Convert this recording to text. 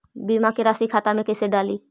बीमा के रासी खाता में कैसे डाली?